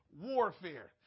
warfare